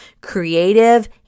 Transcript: creative